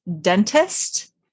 Dentist